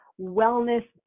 wellness